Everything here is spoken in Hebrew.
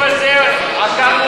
את הבלוף הזה עקרנו מהשורש.